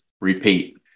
repeat